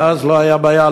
ואז לא הייתה בעיה,